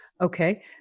Okay